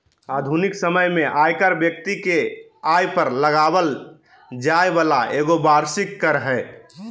आधुनिक समय में आयकर व्यक्ति के आय पर लगाबल जैय वाला एगो वार्षिक कर हइ